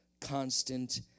constant